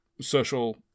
social